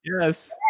Yes